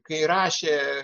kai rašė